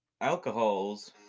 alcohols